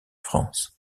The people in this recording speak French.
france